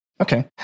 Okay